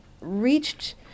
reached